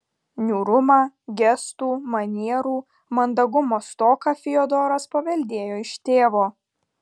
niūrumą gestų manierų mandagumo stoką fiodoras paveldėjo iš tėvo